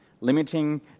limiting